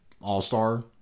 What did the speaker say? all-star